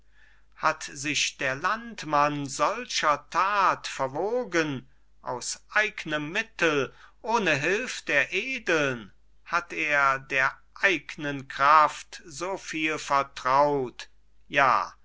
hat sich der landmann solcher tat verwogen aus eignem mittel ohne hülf der edeln hat er der eignen kraft so viel vertraut ja